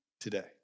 today